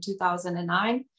2009